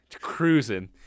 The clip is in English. cruising